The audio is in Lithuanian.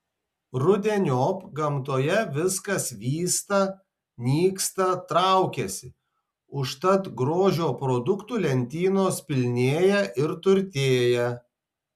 rudeniop gamtoje viskas vysta nyksta traukiasi užtat grožio produktų lentynos pilnėja ir turtėja